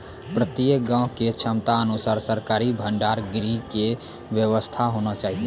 प्रत्येक गाँव के क्षमता अनुसार सरकारी भंडार गृह के व्यवस्था होना चाहिए?